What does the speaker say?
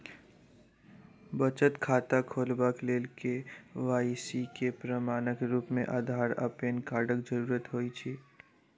बचत खाता खोलेबाक लेल के.वाई.सी केँ प्रमाणक रूप मेँ अधार आ पैन कार्डक जरूरत होइ छै